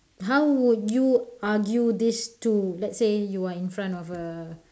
how would you argue this to let's say you are in front of a